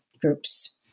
groups